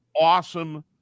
awesome